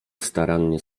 starannie